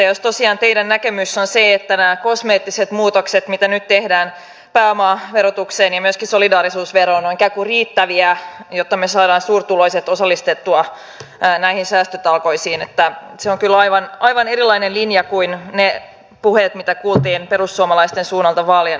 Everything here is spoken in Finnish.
jos tosiaan teidän näkemyksenne on se että nämä kosmeettiset muutokset mitä nyt tehdään pääomaverotukseen ja myöskin solidaarisuusveroon ovat ikään kuin riittäviä jotta me saamme suurituloiset osallistettua näihin säästötalkoisiin niin se on kyllä aivan erilainen linja kuin niissä puheissa mitä kuultiin perussuomalaisten suunnalta vaalien alla